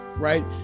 Right